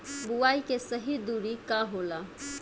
बुआई के सही दूरी का होला?